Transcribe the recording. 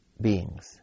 beings